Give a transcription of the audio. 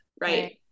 right